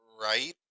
right